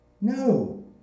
No